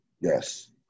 yes